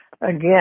again